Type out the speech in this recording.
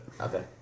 Okay